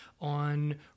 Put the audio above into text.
on